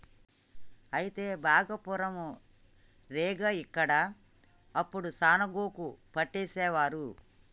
అయితే భాగపురం రేగ ఇక్కడ అప్పుడు సాన గోగు పట్టేసేవారు